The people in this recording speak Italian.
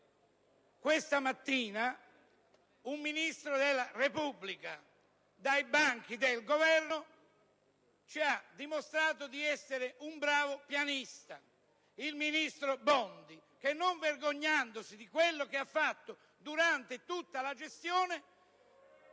Questa mattina un Ministro della Repubblica dai banchi del Governo ci ha dimostrato di essere un bravo pianista. Il ministro Bondi che, non vergognandosi di quello che ha fatto durante tutta la gestione*...(Proteste